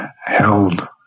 held